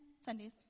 sundays